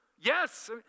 Yes